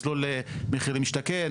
מסלול מחיר למשתכן,